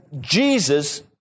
Jesus